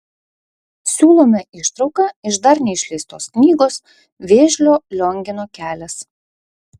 siūlome ištrauką iš dar neišleistos knygos vėžlio liongino kelias